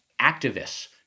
activists